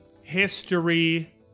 history